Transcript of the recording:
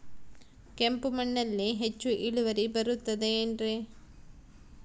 ಕೆಂಪು ಮಣ್ಣಲ್ಲಿ ಹೆಚ್ಚು ಇಳುವರಿ ಬರುತ್ತದೆ ಏನ್ರಿ?